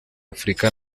afurika